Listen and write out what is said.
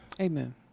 Amen